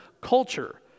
culture